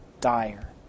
dire